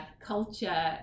culture